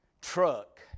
truck